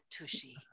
Tushy